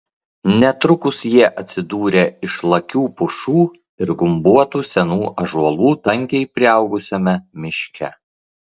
netrukus jie atsidūrė išlakių pušų ir gumbuotų senų ąžuolų tankiai priaugusiame miške